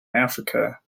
africa